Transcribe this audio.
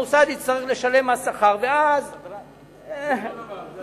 המוסד יצטרך לשלם מס שכר, ואז, זה אותו דבר.